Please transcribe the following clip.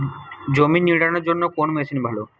জমি নিড়ানোর জন্য কোন মেশিন ভালো?